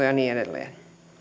ja niin edelleen